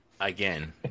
Again